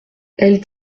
elle